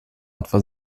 etwa